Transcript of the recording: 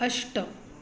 अष्ट